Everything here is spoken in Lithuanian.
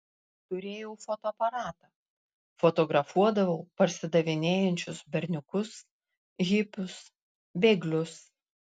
turėjau fotoaparatą fotografuodavau parsidavinėjančius berniukus hipius bėglius